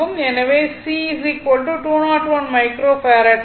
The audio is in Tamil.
எனவே C201 மைக்ரோ பாரெட்